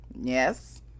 Yes